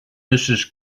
mrs